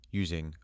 using